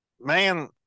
Man